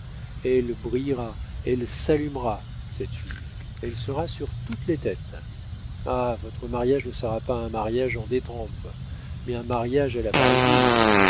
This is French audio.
elle brillera elle s'allumera cette huile elle sera sur toutes les têtes ah votre mariage ne sera pas un mariage en détrempe mais un mariage à la